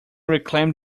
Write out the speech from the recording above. reclaim